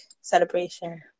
celebration